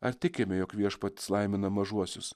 ar tikime jog viešpats laimina mažuosius